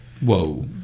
Whoa